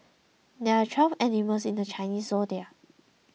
there are twelve animals in the Chinese zodiac